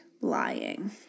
lying